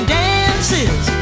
dances